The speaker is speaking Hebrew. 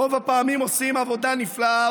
רוב הפעמים עושים עבודה נפלאה,